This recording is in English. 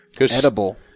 Edible